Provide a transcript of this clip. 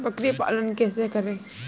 बकरी पालन कैसे करें?